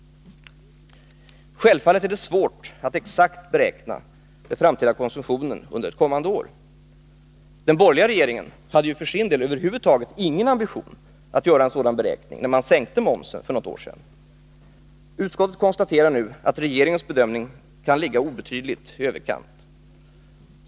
Självfallet är det svårt att exakt beräkna den framtida konsumtionen under ett kommande år. Den borgerliga regeringen hade för sin del över huvud taget ingen ambition att göra en sådan beräkning när man sänkte momsen för något år sedan. Utskottet konstaterar nu att regeringens bedömning kan ligga obetydligt i överkant.